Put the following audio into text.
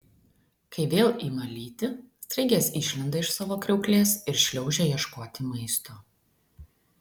kai vėl ima lyti sraigės išlenda iš savo kriauklės ir šliaužia ieškoti maisto